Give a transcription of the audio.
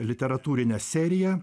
literatūrinę seriją